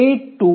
82